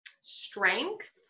strength